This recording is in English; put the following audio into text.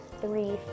three